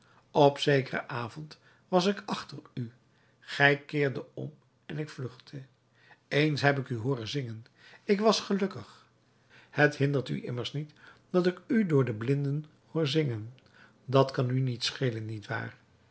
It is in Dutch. op zekeren avond was ik achter u gij keerdet om en ik vluchtte eens heb ik u hooren zingen ik was gelukkig het hindert u immers niet dat ik u door de blinden hoor zingen dat kan u niet schelen niet waar